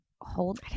hold